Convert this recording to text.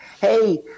hey